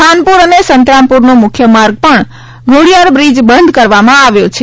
ખાનપુર અને સંતરામપુરનો મુખ્ય માર્ગ પણ ઘોડિયાર બ્રીજ બંધ કરવામાં આવ્યો છે